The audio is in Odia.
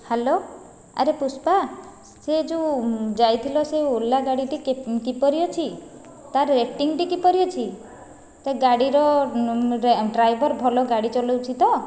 ହ୍ୟାଲୋ ଆରେ ପୁଷ୍ପା ସେ ଯେଉଁ ଯାଇଥିଲ ସେ ଓଲା ଗାଡ଼ିଟି କିପରି ଅଛି ତା'ର ରେଟିଙ୍ଗ କିପରି ଅଛି ସେ ଗାଡ଼ିର ଡ୍ରାଇଭର ଭଲ ଗାଡ଼ି ଚଲାଉଛି ତ